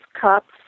cups